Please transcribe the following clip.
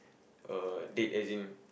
uh date as in